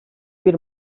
bir